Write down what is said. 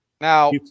Now